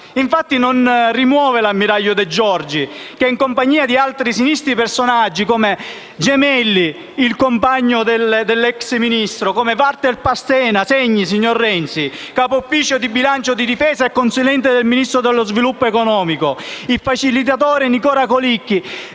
Infatti non rimuove l'ammiraglio De Giorgi che, in compagnia di altri sinistri personaggi (come Gemelli, il compagno dell'ex Ministro; Valter Pastena - segni, signor Renzi - capo ufficio bilancio della Difesa e consulente del Ministero per lo sviluppo economico, e il facilitatore Nicola Colicchi),